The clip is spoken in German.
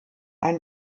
ein